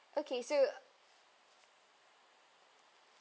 okay so